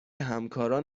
همکاران